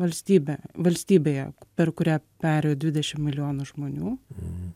valstybė valstybėje per kurią perėjo dvidešimt milijonų žmonių